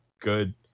good